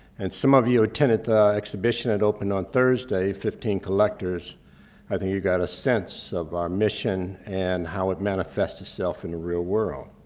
and some of you attended the exhibition that opened on thursday fifteen collectors i think you got a sense of our mission and how it manifests itself in the real world.